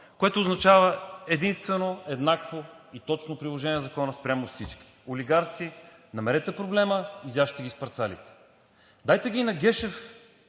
Което означава единствено, еднакво и точно приложение на закона спрямо всички. Олигарси – намерете проблема, изяжте ги с парцалите! Дайте ги на Гешев,